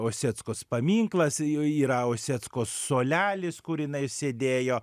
oseckos paminklas y yra oseckos suolelis kur jinai sėdėjo